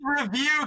review